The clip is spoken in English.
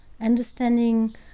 understanding